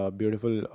beautiful